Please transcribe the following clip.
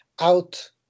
out